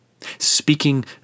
speaking